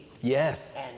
Yes